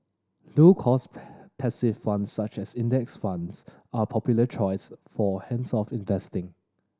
low cost passive funds such as Index Funds are a popular choice for hands off investing